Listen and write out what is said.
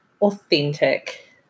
authentic